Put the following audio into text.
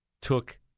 took